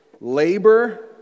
labor